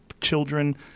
children